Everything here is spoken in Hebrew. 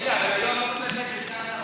רגע, אבל היו אמורים לתת לסגן שר האוצר.